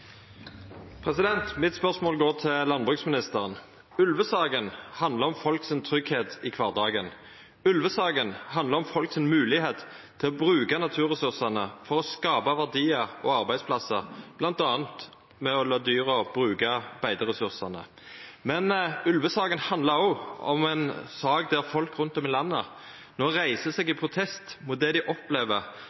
Mitt spørsmål går til landbruksministeren. Ulvesaka handlar om folk sin tryggleik i kvardagen. Ulvesaka handlar om folk si moglegheit til å bruka naturressursane for å skapa verdiar og arbeidsplassar, bl.a. ved å la dyra bruka beiteressursane. Men ulvesaka handlar òg om ei sak der folk rundt om i landet no reiser seg i protest mot det dei opplever